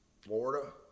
Florida